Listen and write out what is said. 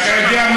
אתה יודע מה,